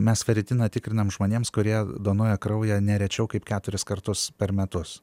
mes feritiną tikrinam žmonėms kurie donuoja kraują ne rečiau kaip keturis kartus per metus